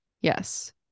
Yes